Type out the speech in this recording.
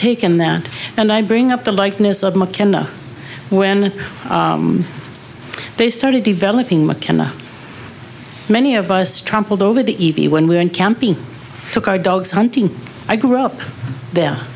taken that and i bring up the likeness of mckenna when they started developing mckenna many of us trampled over the e p when we went camping took our dogs hunting i grew up there